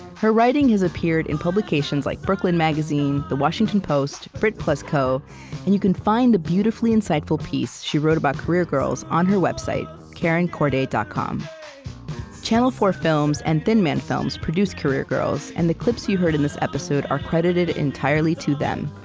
her writing has appeared in publications like brooklyn magazine, the washington post, brit plus co and you can find the beautifully insightful piece she wrote about career girls on her website karencorday dot com channel four films and thin man films produced career girls, and the clips you heard in this episode are credited entirely to them.